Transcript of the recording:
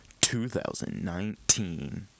2019